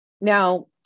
Now